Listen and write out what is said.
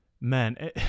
man